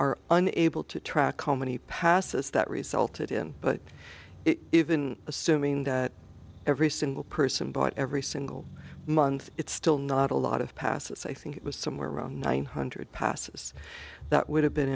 are unable to track how many passes that resulted in but it even assuming that every single person bought every single month it's still not a lot of passes i think it was somewhere around nine hundred passes that would have been